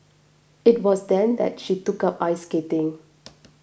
it was then that she took up ice skating